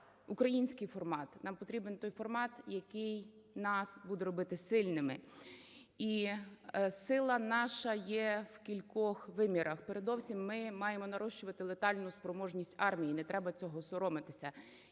український формат, нам потрібен той формат, який нас буде робити сильними. І сила наша є і кількох вимірах. Передовсім ми маємо нарощувати летальну спроможність армії. Не треба цього соромитися.